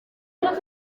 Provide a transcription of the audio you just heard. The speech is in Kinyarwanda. yaje